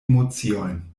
emociojn